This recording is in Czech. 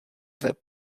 web